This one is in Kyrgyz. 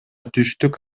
түштүк